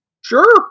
Sure